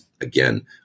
Again